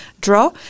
draw